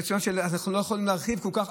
ואנחנו לא יכולים להרחיב כל כך.